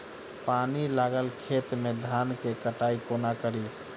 पानि लागल खेत मे धान केँ कटाई कोना कड़ी?